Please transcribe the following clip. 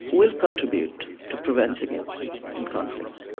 will contribute to preventing it in conflicts.